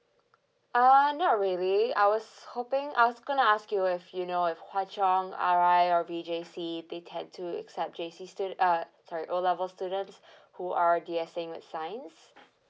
uh not really I was hoping I was gonna ask you if you know if hwa chong R_I or V_J_C they tend to accept J_C stude~ uh sorry O level students who are D_S_A with science